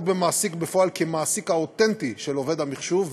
במעסיק בפועל את המעסיק האותנטי של עובד המחשוב,